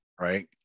right